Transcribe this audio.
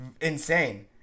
insane